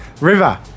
River